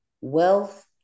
wealth